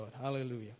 Hallelujah